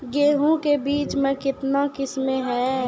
गेहूँ के बीज के कितने किसमें है?